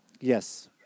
Yes